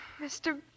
Mr